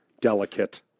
delicate